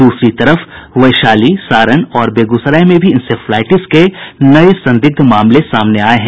दूसरी तरफ वैशाली सारण और बेगूसराय में भी इंसेफ्लाईटिस के नये संदिग्ध मामले सामने आये हैं